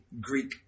Greek